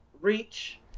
Reach